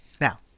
Now